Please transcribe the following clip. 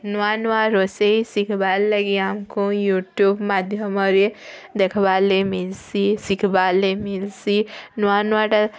ନୂଆ ନୂଆ ରୋଷେଇ ଶିଖିବାର୍ ଲାଗି ଆମ୍କୁ ୟୁଟ୍ୟୁବ୍ ମାଧ୍ୟମରେ ଦେଖ୍ବା ଲାଗି ମିଲ୍ସି ଶିଖ୍ବାର୍ ଲାଗି ମିଲ୍ସି ନୂଆ ନୂଆଟା